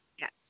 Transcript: Yes